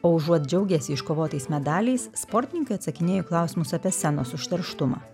o užuot džiaugęsi iškovotais medaliais sportininkai atsakinėjo į klausimus apie senos užterštumą